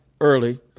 early